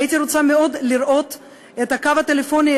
הייתי רוצה מאוד לראות את הקו הטלפוני,